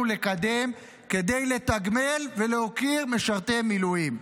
לקדם כדי לתגמל ולהוקיר משרתי מילואים.